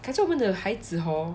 改次我们的孩子 hor